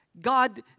God